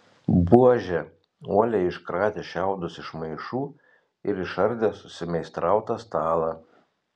buožė uoliai iškratė šiaudus iš maišų ir išardė susimeistrautą stalą